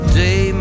day